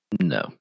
No